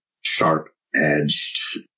sharp-edged